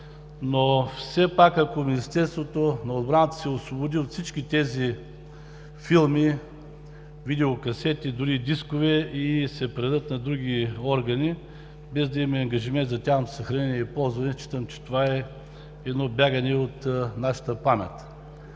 фонд, но ако Министерството на отбраната се освободи от всички тези филми, видео касети, дори и дискове и се предат на други органи, без да имаме ангажимент за тяхното съхранение и ползване, считам, че това е едно бягане от нашата памет.